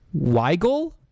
Weigel